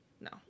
no